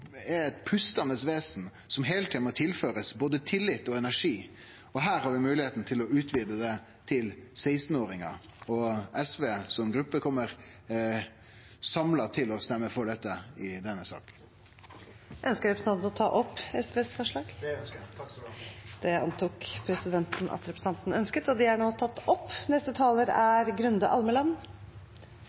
er eit pustande vesen som heile tida må tilførast både tillit og energi, og her har vi moglegheit til å utvide det til å omfatte også 16-åringane. SV som gruppe kjem samla til å stemme for dette i denne saka. Ønskjer representanten Knag Fylkesnes å ta opp SVs forslag? Det ønskjer eg. Takk skal du ha. Representanten Torgeir Knag Fylkesnes har tatt opp